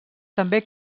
també